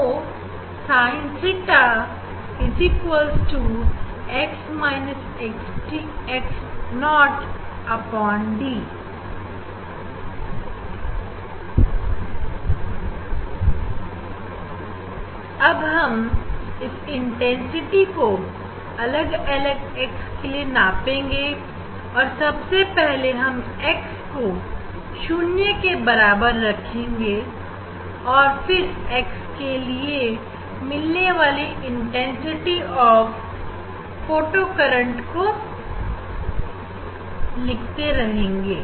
तो Sin theta D अब हम इस इंटेंसिटी को अलग अलग x के लिए नापाएंगे सबसे पहले हम x को शून्य के बराबर रखेंगे और फिर एक्स के लिए मिलने वाले इंटेंसिटी ऑफ फोटोकरेंट को लिखते रहेंगे